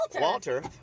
Walter